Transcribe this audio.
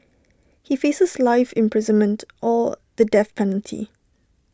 he faces life imprisonment or the death penalty